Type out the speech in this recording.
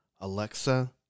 Alexa